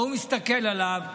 ההוא מסתכל עליו ואומר: